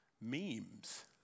memes